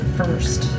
first